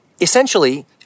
Essentially